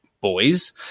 boys